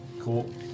Cool